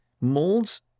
Molds